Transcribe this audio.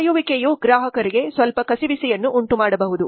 ಕಾಯುವಿಕೆಯು ಗ್ರಾಹಕರಿಗೆ ಸ್ವಲ್ಪ ಕಸಿವಿಸಿಯನ್ನು ಉಂಟುಮಾಡಬಹುದು